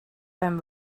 beim